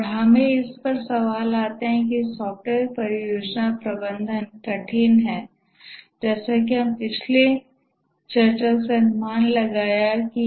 और हमें इस सवाल पर आते है कि सॉफ्टवेयर परियोजना प्रबंधन कठिन है जैसा कि हमने पिछली चर्चा से अनुमान लगाया है